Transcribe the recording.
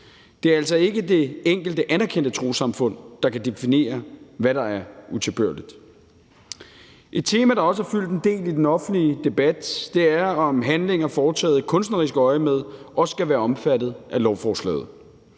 Det er altså ikke det enkelte anerkendte trossamfund, der kan definere, hvad der er utilbørligt. Et tema, der også har fyldt en del i den offentlige debat, er, om handlinger foretaget i kunstnerisk øjemed også skal være omfattet af lovforslaget.